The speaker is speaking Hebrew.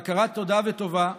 בהכרת תודה וטובה,